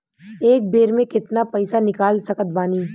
एक बेर मे केतना पैसा निकाल सकत बानी?